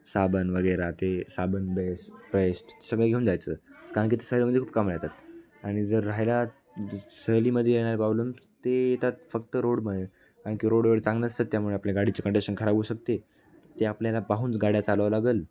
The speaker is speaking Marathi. साबण वगैरे ते साबण बेस पेस्ट सगळे घेऊन जायचं कारण की ते सहलीमध्ये खूप कामाला येतात आणि जर राहिला सहलीमध्ये येणारे प्रॉब्लेम ते येतात फक्त रोडमुळे कारण की रोड वेळ चांगलं नसतात त्यामुळे आपल्या गाडीची कंडिशन खराब होऊ शकते ते आपल्याला पाहून गाड्या चालवावं लागेल